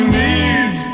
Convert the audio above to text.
need